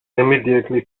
immediately